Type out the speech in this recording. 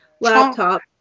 laptop